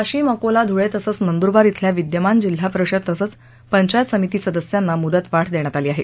वाशिम अकोला धुळे तसंच नंदूरबार शिल्या विद्यमान जिल्हा परिषद तसंच पंचायत समिती सदस्यांना मुदतवाढ देण्यात आली आहे